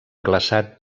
glaçat